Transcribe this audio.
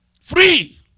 Free